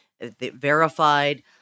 verified